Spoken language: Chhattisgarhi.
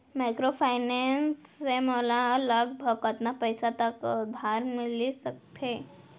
माइक्रोफाइनेंस से मोला लगभग कतना पइसा तक उधार मिलिस सकत हे?